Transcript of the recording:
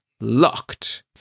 locked